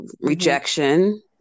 rejection